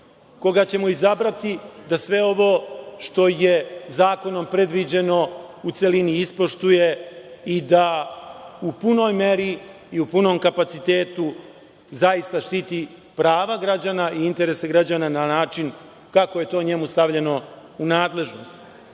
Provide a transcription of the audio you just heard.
koga ćemo izabrati da sve ovo što je zakonom predviđeno u celini ispoštuje i da u punoj meri i u punom kapacitetu zaista štiti prava građana i interese građana na način kako je to njemu stavljeno u nadležnost.